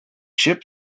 chip